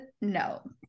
No